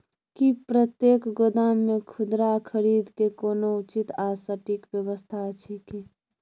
की प्रतेक गोदाम मे खुदरा खरीद के कोनो उचित आ सटिक व्यवस्था अछि की?